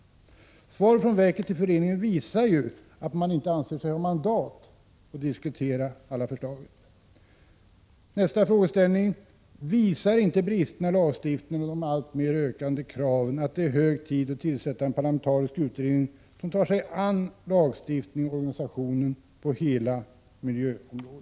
Svaret från naturvårdsverket till Natur skyddsföreningen visar ju att verket inte anser sig ha mandat att diskutera alla förslagen. Visar inte bristerna i lagstiftningen och de alltmer ökande kraven, att det är hög tid att tillsätta en parlamentarisk utredning som tar sig an lagstiftningen och organisationen på hela miljöområdet?